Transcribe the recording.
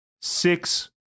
six